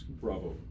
Bravo